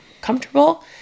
comfortable